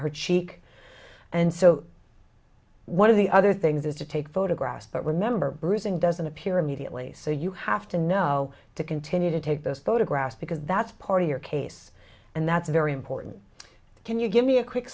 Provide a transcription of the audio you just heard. her cheek and so one of the other things is to take photographs but remember bruising doesn't appear immediately so you have to know to continue to take those photographs because that's part of your case and that's very important can you give me a quick